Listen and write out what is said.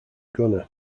gunner